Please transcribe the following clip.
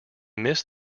missed